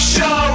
Show